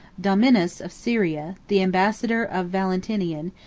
domninus of syria, the ambassador of valentinian,